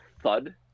thud